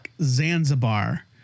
Zanzibar